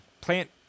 Plant